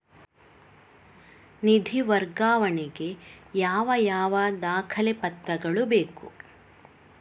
ನಿಧಿ ವರ್ಗಾವಣೆ ಗೆ ಯಾವ ಯಾವ ದಾಖಲೆ ಪತ್ರಗಳು ಬೇಕು?